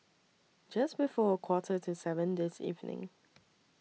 Just before A Quarter to seven This evening